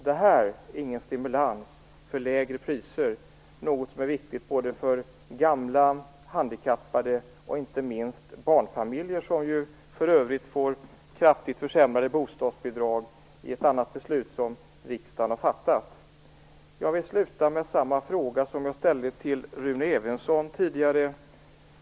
Det här är ingen stimulans för lägre priser, något som är viktigt för både gamla och handikappade och inte minst för barnfamiljer, vilka för övrigt får kraftigt försämrade bostadsbidrag i ett annat beslut som riksdagen har fattat. Jag vill sluta med samma fråga som jag ställde till Rune Evensson tidigare.